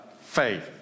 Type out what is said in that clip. faith